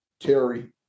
Terry